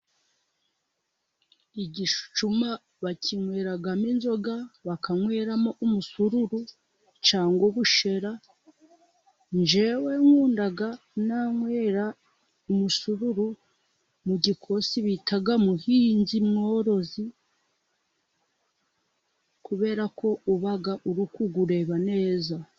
Igicuma bakinyweramo inzoga, bakanyweramo umusururu cyangwa ubushera. Njyewe nkunda kunywera umusururu mu gikosi bita muhinzi mworozi, kubera ko uba urikuwureba neza.